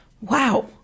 Wow